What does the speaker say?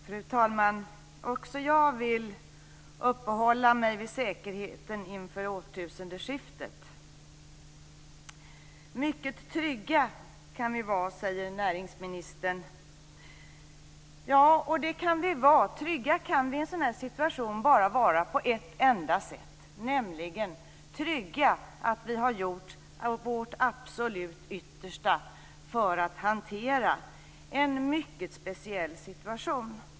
Fru talman! Också jag vill uppehålla mig vid säkerheten inför årtusendeskiftet. Mycket trygga kan vi vara, säger näringsministern. Det kan vi i en sådan här situation bara vara på ett enda sätt, nämligen trygga att vi har gjort vårt absolut yttersta för att hantera en mycket speciell situation.